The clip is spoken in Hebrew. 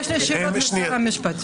יש לי שאלות לשר המשפטים.